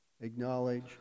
acknowledge